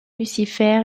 lucifer